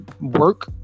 work